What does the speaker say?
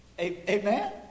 Amen